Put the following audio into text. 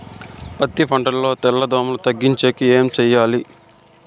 పత్తి పంటలో తెల్ల దోమల తగ్గించేకి ఏమి చేయాలి?